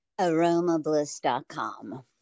aromabliss.com